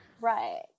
right